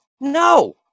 no